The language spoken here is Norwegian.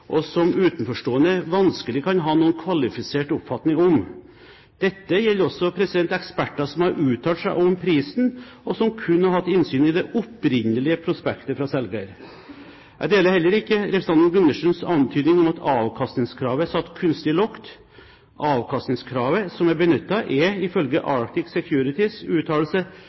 og utenforstående kan vanskelig ha noen kvalifisert oppfatning om det. Dette gjelder også eksperter som har uttalt seg om prisen, og som kun har hatt innsyn i det opprinnelige prospektet fra selger. Jeg deler heller ikke representanten Gundersens antydning om at avkastningskravet er satt kunstig lavt. Avkastningskravet som er benyttet, er, ifølge Arctic Securities' uttalelse,